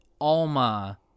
Alma